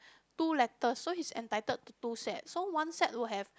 two letters so he's entitled to two sets so one set would have